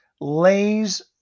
lays